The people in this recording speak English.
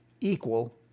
equal